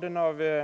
De